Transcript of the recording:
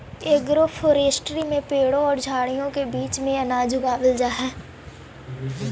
agroforestry में पेड़ों और झाड़ियों के बीच में अनाज उगावाल जा हई